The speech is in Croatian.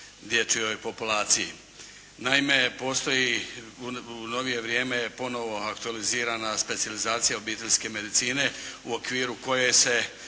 dječjoj populaciji. Naime postoji u novije vrijeme aktualizirana specijalizacija obiteljske medicine u okviru koje se